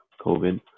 COVID